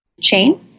chain